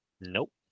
Nope